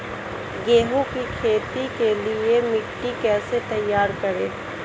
गेहूँ की खेती के लिए मिट्टी कैसे तैयार करें?